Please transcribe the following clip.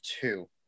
two